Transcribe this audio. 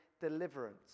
deliverance